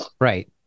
Right